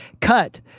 cut